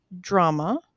drama